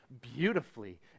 beautifully